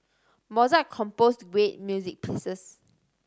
Mozart composed great music pieces